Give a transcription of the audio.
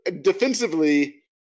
defensively